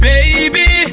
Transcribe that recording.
Baby